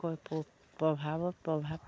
কৈ প্ৰভাৱত প্ৰভাৱ